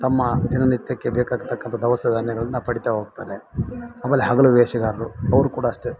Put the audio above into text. ತಮ್ಮ ದಿನನಿತ್ಯಕ್ಕೆ ಬೇಕಾಗತಕ್ಕಂಥ ದವಸ ಧಾನ್ಯಗಳನ್ನ ಪಡೀತಾ ಹೋಗ್ತಾರೆ ಆಮೇಲೆ ಹಗಲು ವೇಷಗಾರರು ಅವ್ರು ಕೂಡ ಅಷ್ಟೇ